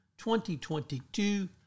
2022